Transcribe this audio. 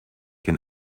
can